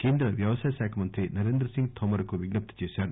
కేంద్ర వ్యవసాయ శాఖ మంత్రి నరేంద్రసింగ్ థోమర్ కు విజ్నప్తి చేశారు